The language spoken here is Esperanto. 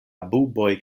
buboj